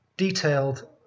detailed